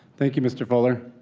thank you, mr. fuller.